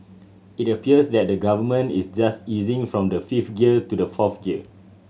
it appears that the Government is just easing from the fifth gear to the fourth gear